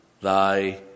thy